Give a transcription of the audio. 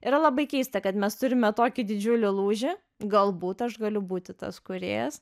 yra labai keista kad mes turime tokį didžiulį lūžį galbūt aš galiu būti tas kūrėjas